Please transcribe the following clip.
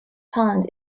pond